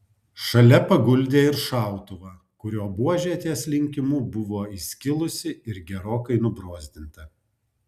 šalia paguldė ir šautuvą kurio buožė ties linkimu buvo įskilusi ir gerokai nubrozdinta